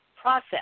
process